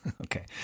Okay